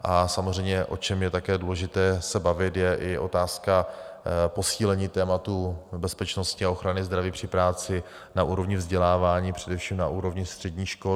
A samozřejmě, o čem je také důležité se bavit, je i otázka posílení tématu bezpečnosti a ochrany zdraví při práci na úrovni vzdělávání, především na úrovni středních škol.